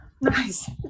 Nice